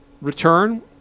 return